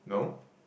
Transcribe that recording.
no